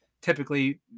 typically